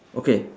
okay